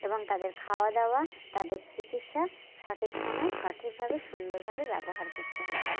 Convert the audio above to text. এবং তাদের খাওয়াদাওয়া তাদের চিকিৎসা সঠিক সময়ে সঠিকভাবে সুন্দরভাবে ব্যবহার করতে হবে